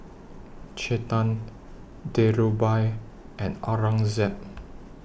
Chetan Dhirubhai and Aurangzeb